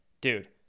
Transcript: dude